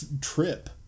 trip